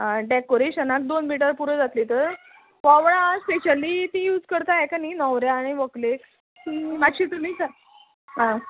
आं डॅकोरेशनाक दोन मिटर पुरो जातलीं तर वोवळां स्पेशली तीं यूज करता न्हवऱ्या आनी व्हंकलेक मातशे तुमी आं